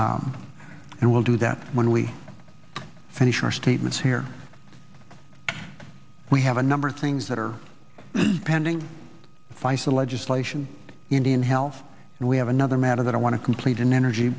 leader and we'll do that when we finish our statements here we have a number of things that are pending faisel legislation indian health and we have another matter that i want to complete an energy